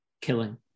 killing